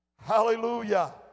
Hallelujah